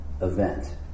event